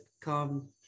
Come